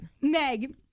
Meg